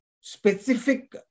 specific